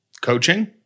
Coaching